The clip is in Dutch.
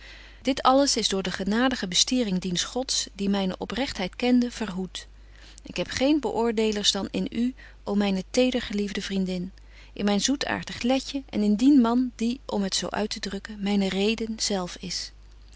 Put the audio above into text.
dit alles is door de genadige bestiering diens gods die myne oprechtheid kende verhoet ik heb geen beoordeelers dan in u ô myne tedergeliefde vriendin in myn zoetaartig letje en in dien man die om het zo uittedrukken myne reden zelf is